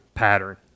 pattern